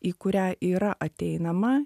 į kurią yra ateinama